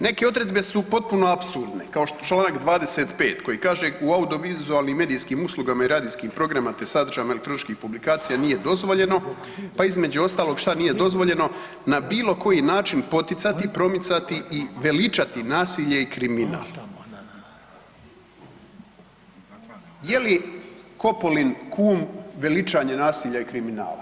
Neke odredbe su potpuno apsurdne kao članak 25. koji kaže: „U audiovizualnim medijskim uslugama i radijskim programima te sadržajima elektroničkih publikacija nije dozvoljeno…“, pa između ostalog što nije dozvoljeno, „na bilo koji način poticati, promicati i veličati nasilje i kriminal.“ Je li Coopolain „Kum“ veličanje nasilja i kriminala?